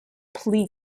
pli